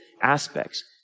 aspects